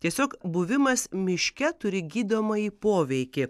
tiesiog buvimas miške turi gydomąjį poveikį